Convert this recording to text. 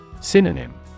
Synonym